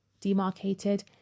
demarcated